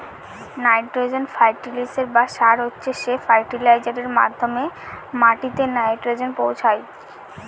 nitrogen ফার্টিলিসের বা সার হচ্ছে সে ফার্টিলাইজারের মাধ্যমে মাটিতে নাইট্রোজেন পৌঁছায়